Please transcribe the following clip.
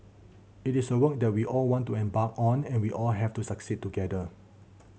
it is a work that we all want to embark on and we all want to succeed together